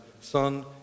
son